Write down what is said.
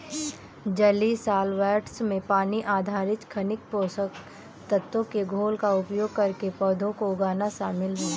जलीय सॉल्वैंट्स में पानी आधारित खनिज पोषक तत्वों के घोल का उपयोग करके पौधों को उगाना शामिल है